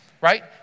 right